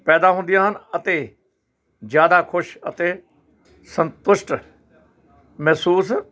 ਪੈਦਾ ਹੁੰਦੀਆਂ ਹਨ ਅਤੇ ਜ਼ਿਆਦਾ ਖੁਸ਼ ਅਤੇ ਸੰਤੁਸ਼ਟ ਮਹਿਸੂਸ